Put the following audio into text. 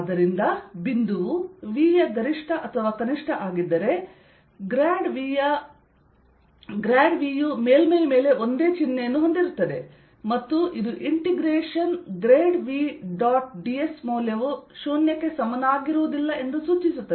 ಆದ್ದರಿಂದ ಬಿಂದುವು V ಯ ಗರಿಷ್ಠ ಅಥವಾ ಕನಿಷ್ಟ ಆಗಿದ್ದರೆ ಗ್ರಾಡ್ V ಮೇಲ್ಮೈ ಮೇಲೆ ಒಂದೇ ಚಿಹ್ನೆಯನ್ನು ಹೊಂದಿರುತ್ತದೆ ಮತ್ತು ಇದು integration grad V dot ds ಮೌಲ್ಯವು 0 ಗೆ ಸಮನಾಗಿರುವುದಿಲ್ಲ ಎಂದು ಸೂಚಿಸುತ್ತದೆ